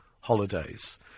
holidays